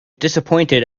disappointed